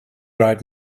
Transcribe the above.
right